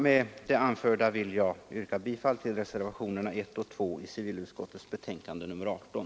Med det anförda ber jag att få yrka bifall till reservationerna 1 och 2 i civilutskottets betänkande nr 18.